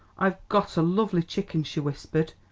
i've got a lovely chicken, she whispered,